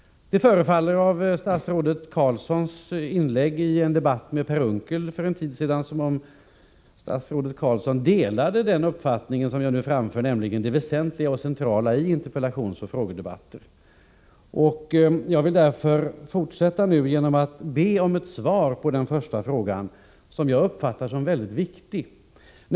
Det förefaller av statsrådet Carlssons inlägg i en debatt med Per Unckel för en tid sedan vara så, att statsrådet Carlsson skulle dela den uppfattning som jag nu framfört, nämligen att frågeoch interpellationsdebatter är någonting väsentligt och centralt. Jag vill fortsätta min argumentation genom att be om ett svar på den första frågan, som jag uppfattar som synnerligen viktig.